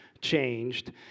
changed